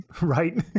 right